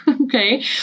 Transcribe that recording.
okay